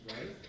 right